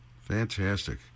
Fantastic